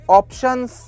options